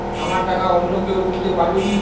আমার টাকা অন্য কেউ তুলতে পারবে কি?